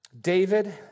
David